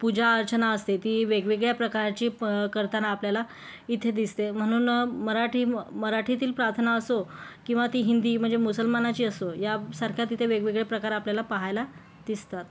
पूजा अर्चना असते ती वेगवेगळ्या प्रकारची करताना आपल्याला इथे दिसते म्हणून मराठी म मराठीतील प्रार्थना असो किंवा ती हिंदी म्हणजे मुसलमानाची असो यासारख्या तिथे वेगवेगळ्या प्रकार आपल्याला पाहायला दिसतात